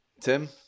Tim